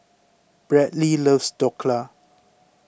Bradly loves Dhokla